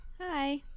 Hi